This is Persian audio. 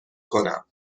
کنم